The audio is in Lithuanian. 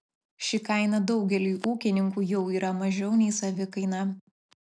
ši kaina daugeliui ūkininkų jau yra mažiau nei savikaina